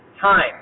time